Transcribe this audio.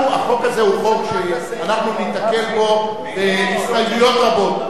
החוק הזה הוא חוק שאנחנו ניתקל בו בהסתייגויות רבות.